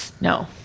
No